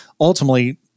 ultimately